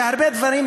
בהרבה דברים,